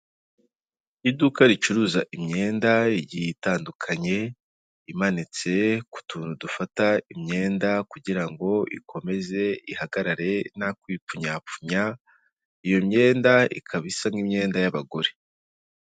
Iduka ricuruza imyenda igiye itandukanye imanitse ku tuntu dufata imyenda kugira ngo ikomeze ihagarare ntakwipfunyapfunya, iyo myenda ikaba isa n'imyenda y'abagore.